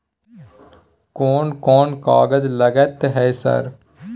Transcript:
कोन कौन कागज लगतै है सर?